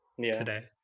today